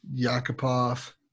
Yakupov